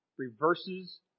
reverses